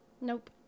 Nope